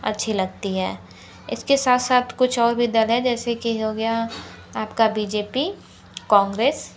अच्छी लगती है इसके साथ साथ कुछ और भी दल है जैसे की हो गया आपका बी जे पी कांग्रेस